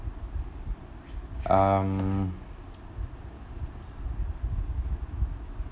um